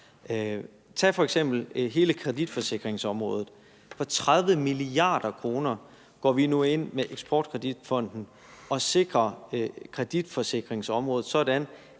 Tag f.eks. hele kreditforsikringsområdet, hvor vi nu går ind sammen med Eksport Kredit Fonden og sikrer kreditforsikringsområdet med